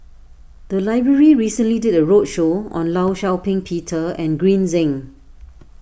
the library recently did a roadshow on Law Shau Ping Peter and Green Zeng